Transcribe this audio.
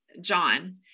John